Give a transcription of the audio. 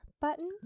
buttons